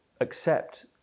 accept